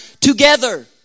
together